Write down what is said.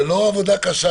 זה לא בגלל עבודה קשה,